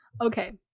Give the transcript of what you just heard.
Okay